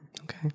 okay